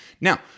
Now